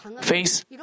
face